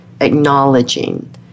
acknowledging